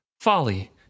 Folly